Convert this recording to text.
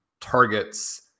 targets